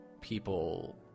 people